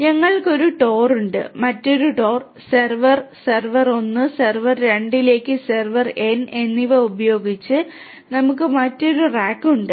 അതിനാൽ ഞങ്ങൾക്ക് ഒരു TOR ഉണ്ട് മറ്റൊരു TOR സെർവർ സെർവർ 1 സെർവർ 2 ലേക്ക് സെർവർ n എന്നിവ ഉപയോഗിച്ച് നമുക്ക് മറ്റൊരു റാക്ക് ഉണ്ട്